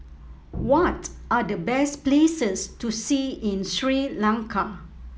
what are the best places to see in Sri Lanka